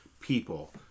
people